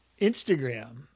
Instagram